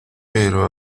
pero